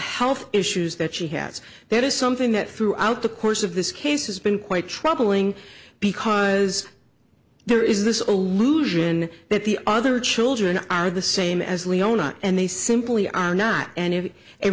health issues that she has that is something that throughout the course of this case has been quite troubling because there is this allusion that the other children are the same as leona and they simply are not and if